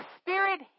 Spirit